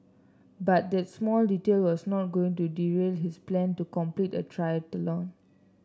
but that small detail was not going to derail his plan to complete a triathlon